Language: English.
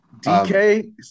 DK